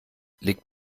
liegt